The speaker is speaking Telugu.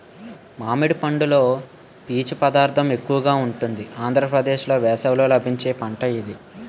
మామిడి పండులో పీచు పదార్థం ఎక్కువగా ఉంటుంది ఆంధ్రప్రదేశ్లో వేసవిలో లభించే పంట ఇది